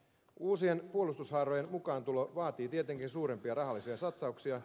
uusien puolustushaarojen mukaantulo vaatii tietenkin suurempia rahallisia satsauksia